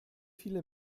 viele